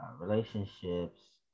relationships